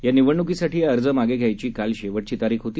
या निवडण्कीसाठी अर्ज मागे घ्यायची काल शेवटची तारीख होती